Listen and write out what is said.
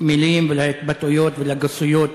למילים ולהתבטאויות ולגסויות